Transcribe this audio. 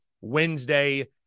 Wednesday